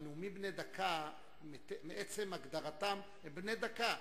אבל נאומים בני דקה מעצם הגדרתם הם בני דקה,